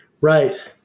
Right